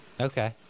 Okay